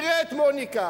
תראה את מוניקה,